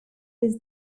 this